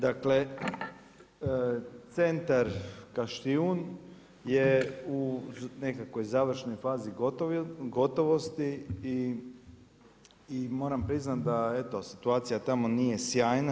Dakle Centar Kaštijun u nekakvoj završnoj fazi gotovosti i moram priznati da eto situacija tamo nije sjajna.